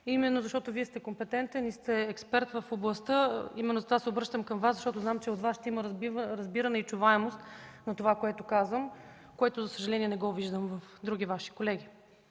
Именно защото Вие сте компетентен и експерт в областта, затова се обръщам към Вас, защото зная че при Вас има разбиране и чуваемост на това, което казвам. За съжаление, това не виждам у други Ваши колеги.